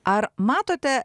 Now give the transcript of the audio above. ar matote